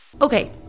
Okay